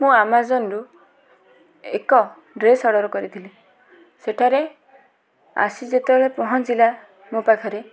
ମୁଁ ଆମାଜନ୍ରୁ ଏକ ଡ୍ରେସ୍ ଅର୍ଡ଼ର କରିଥିଲି ସେଠାରେ ଆସି ଯେତେବେଳେ ପହଁଞ୍ଚିଲା ମୋ ପାଖରେ